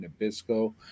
Nabisco